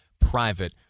private